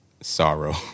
Sorrow